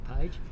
page